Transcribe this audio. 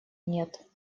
нет